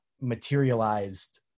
materialized